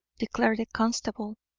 declared the constable.